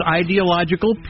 ideological